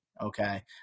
Okay